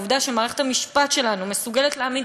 העובדה שמערכת המשפט שלנו מסוגלת להעמיד